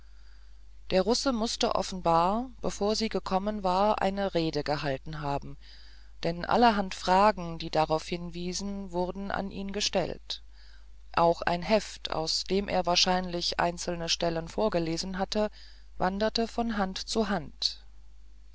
der russe mußte offenbar bevor sie gekommen war eine rede gehalten haben denn allerhand fragen die darauf hinwiesen wurde an ihn gestellt auch ein heft aus dem er wahrscheinlich einzelne stellen vorgelesen hatte wanderte von hand zu hand